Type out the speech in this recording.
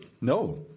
No